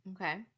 okay